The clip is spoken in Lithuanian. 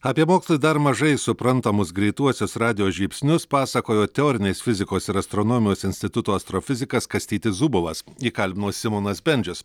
apie mokslui dar mažai suprantamus greituosius radijo žybsnius pasakojo teorinės fizikos ir astronomijos instituto astrofizikas kastytis zubovas jį kalbino simonas bendžius